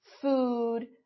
food